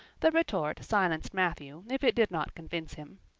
the retort silenced matthew if it did not convince him.